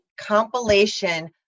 compilation